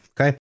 Okay